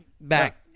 back